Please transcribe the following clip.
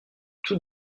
tout